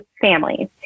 families